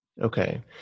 Okay